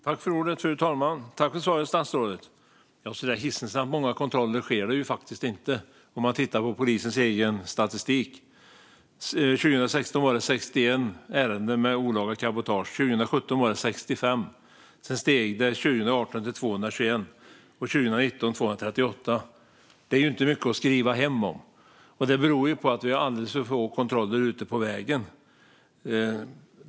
Fru talman! Tack för svaret, statsrådet! Så hiskeligt många kontroller sker faktiskt inte, ser man om man tittar på polisens egen statistik. År 2016 var det 61 ärenden med olaga cabotage, och 2017 var det 65. Sedan steg det 2018 till 221, och 2019 till 238. Det är inte mycket att skriva hem om. Och det beror på att det sker alldeles för få kontroller ute på vägen.